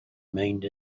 remained